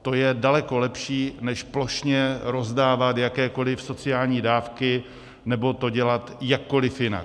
To je daleko lepší než plošně rozdávat jakékoli sociální dávky nebo to dělat jakkoliv jinak.